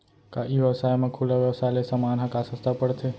का ई व्यवसाय म खुला व्यवसाय ले समान ह का सस्ता पढ़थे?